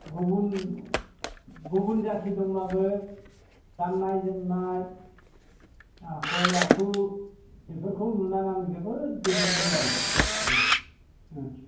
गुबुन गुबुन जाथि दंब्लाबो गाननाय जोमनाय आखल आखु बेफोरखौ नुना आं जोबोद गोजोन्दों आरो ओम ओम